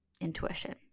intuition